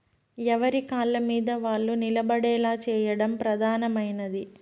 ఎవరి కాళ్ళమీద వాళ్ళు నిలబడేలా చేయడం ప్రధానమైనది